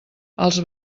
els